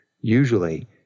usually